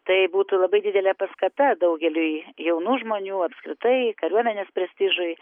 tai būtų labai didelė paskata daugeliui jaunų žmonių apskritai kariuomenės prestižui